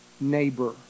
neighbor